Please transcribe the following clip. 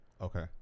okay